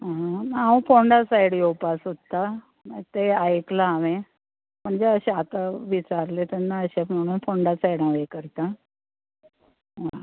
हांव पोंडा सायड येवपाक सोदतां तें आयकलां हांवें म्हणचे अशें आतां विचारलें तेन्ना अशें म्हणून पोंडा सायड हांव हें करतां